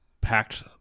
packed